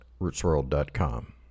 rootsworld.com